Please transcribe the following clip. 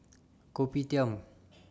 Kopitiam